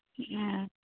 ᱚᱻ